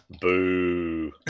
Boo